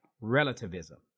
relativism